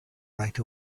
right